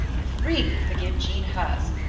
i freely forgive jean hers,